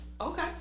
Okay